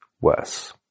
worse